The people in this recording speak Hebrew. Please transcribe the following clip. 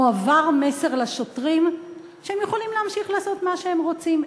מועבר מסר לשוטרים שהם יכולים להמשיך לעשות מה שהם רוצים.